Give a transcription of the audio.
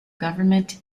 government